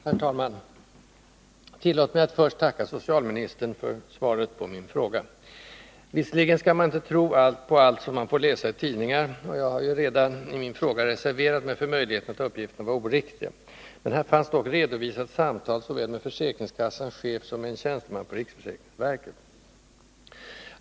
Herr talman! Tillåt mig först att tacka socialministern för svaret på min fråga. Visserligen skall man inte tro på allt man får läsa i tidningar — och jag har redan i min fråga reserverat mig för möjligheten att uppgifterna varit oriktiga — men här fanns dock redovisat samtal såväl med försäkringskassans chef som med en tjänsteman på riksförsäkringsverket.